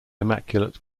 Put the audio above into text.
immaculate